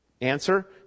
Answer